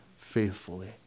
faithfully